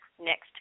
next